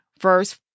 verse